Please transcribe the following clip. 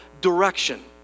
direction